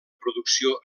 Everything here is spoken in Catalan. producció